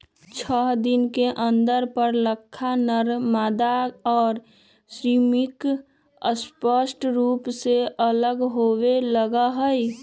छः दिन के अंतर पर लारवा, नरमादा और श्रमिक स्पष्ट रूप से अलग होवे लगा हई